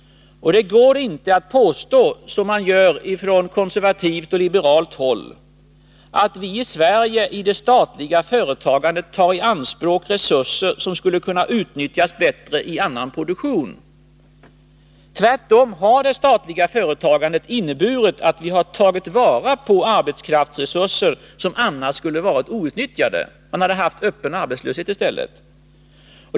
Det går inte att påstå, som man gör från konservativt och liberalt håll, att vi i Sverige i det statliga företagandet tar i anspråk resurser som skulle kunna utnyttjas bättre i annan produktion. Tvärtom har det statliga företagandet inneburit att vi har tagit vara på arbetskraftsresurser som annars skulle varit outnyttjade. Man hade haft öppen arbetslöshet i stället.